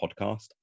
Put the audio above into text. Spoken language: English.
podcast